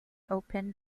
open